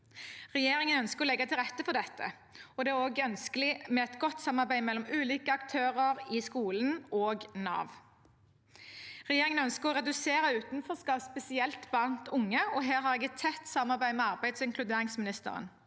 Regjeringen ønsker å legge til rette for dette. Det er også ønskelig med et godt samarbeid mellom ulike aktører i skolen og Nav. Regjeringen ønsker å redusere utenforskap, spesielt blant unge, og her har jeg et tett samarbeid med arbeidsog inkluderingsministeren.